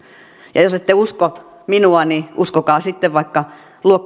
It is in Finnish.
jos ette usko minua niin uskokaa sitten vaikka